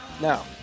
Now